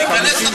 תיכנס לחוק.